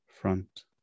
front